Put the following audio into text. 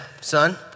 son